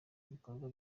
bikorwa